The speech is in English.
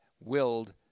willed